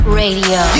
radio